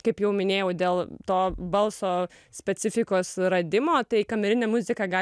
kaip jau minėjau dėl to balso specifikos radimo tai kamerinė muzika gali